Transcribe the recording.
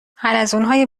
حلزونهای